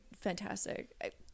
fantastic